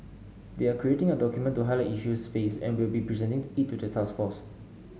they are creating a document to highlight issues faced and will be presenting it to the task force